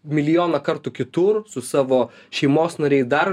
milijoną kartų kitur su savo šeimos nariai dar